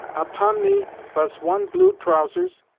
upon me vas one blue trousers,